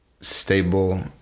stable